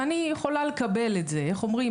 ואני יכולה לקבל את זה איך אומרים,